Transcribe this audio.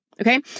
okay